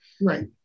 right